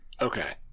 okay